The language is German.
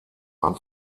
ein